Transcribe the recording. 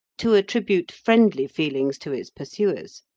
to attribute friendly feelings to its pursuers.